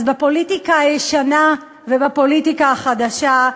אז בפוליטיקה הישנה ובפוליטיקה החדשה,